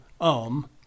arm